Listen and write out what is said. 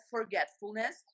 forgetfulness